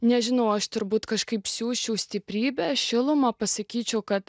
nežinau aš turbūt kažkaip siųsčiau stiprybę šilumą pasakyčiau kad